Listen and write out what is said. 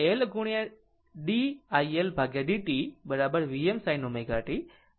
આમ L d iL dt Vm sin ω t